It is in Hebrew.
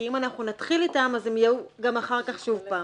כי אם אנחנו נתחיל איתם אז הם --- גם אחר כך שוב פעם,